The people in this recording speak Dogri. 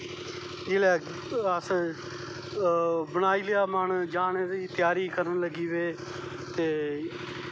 जिसलै अस बनाई लेआ जानें दा मन जानें दी तैयारी करन लगी पे ते